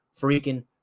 freaking